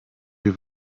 wir